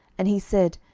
and he said,